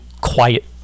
quiet